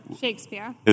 Shakespeare